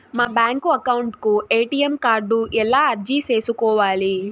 మా bank account కు ATM card ఎలా అర్జీ సేసుకోవాలి?